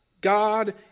God